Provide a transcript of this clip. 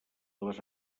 les